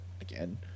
again